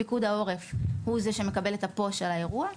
פיקוד העורף הוא זה שמקבל את הפו"ש על האירוע.